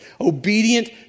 obedient